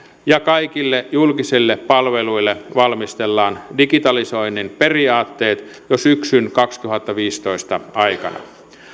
ja kaikille julkisille palveluille valmistellaan digitalisoinnin periaatteet jo syksyn kaksituhattaviisitoista aikana